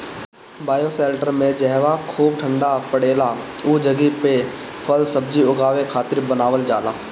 bioshelter में जहवा खूब ठण्डा पड़ेला उ जगही पे फल सब्जी उगावे खातिर बनावल जाला